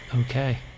Okay